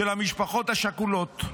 של המשפחות השכולות,